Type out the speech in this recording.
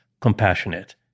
compassionate